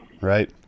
right